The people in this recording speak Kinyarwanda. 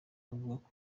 bavuga